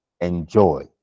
Enjoy